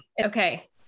Okay